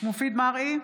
מופיד מרעי,